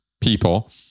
people